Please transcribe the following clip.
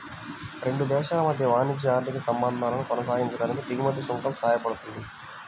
రెండు దేశాల మధ్య వాణిజ్య, ఆర్థిక సంబంధాలను కొనసాగించడానికి దిగుమతి సుంకం సాయపడుతుంది